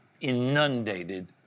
inundated